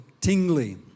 tingly